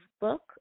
book